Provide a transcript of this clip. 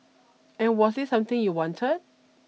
and was this something you wanted